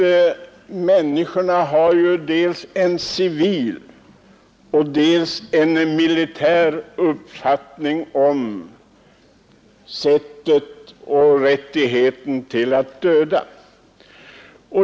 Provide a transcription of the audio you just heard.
Människorna har ju dels en civil, dels en militär uppfattning om rättigheten att döda.